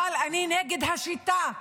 אבל אני נגד השיטה.